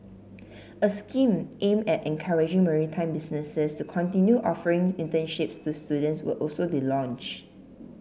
a scheme aim at encouraging maritime businesses to continue offering internships to students will also be launched